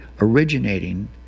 originating